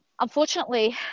Unfortunately